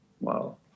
wow